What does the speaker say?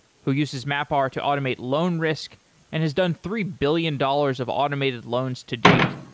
who uses mapr to automate loan risk and has done three billion dollars of automated loans to date.